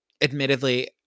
admittedly